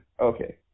Okay